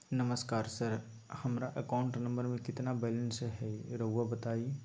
नमस्कार सर हमरा account number में कितना बैलेंस हेई राहुर बताई?